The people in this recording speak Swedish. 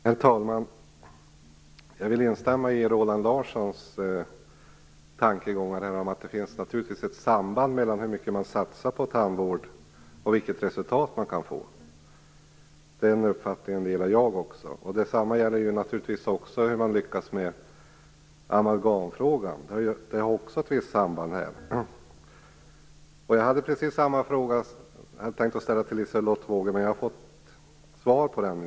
Herr talman! Jag vill instämma i Roland Larssons tankegångar om att det naturligtvis finns ett samband mellan hur mycket man satsar på tandvård och vilket resultat man kan få. Jag delar den uppfattningen. Detsamma gäller också hur man lyckas med amalgamfrågan. Det har också ett visst samband. Jag hade tänkt ställa precis samma fråga till Liselotte Wågö, men jag har fått svar på den.